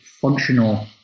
functional